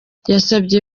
yasabye